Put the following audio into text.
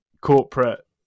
corporate